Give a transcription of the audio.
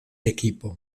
equipo